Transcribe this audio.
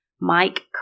Mike